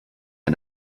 ein